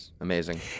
Amazing